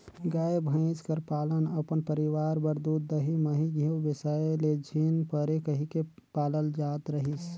गाय, भंइस कर पालन अपन परिवार बर दूद, दही, मही, घींव बेसाए ले झिन परे कहिके पालल जात रहिस